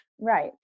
Right